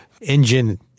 engine